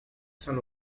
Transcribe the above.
saint